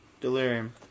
Delirium